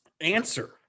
answer